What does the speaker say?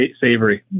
savory